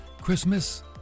christmas